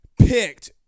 picked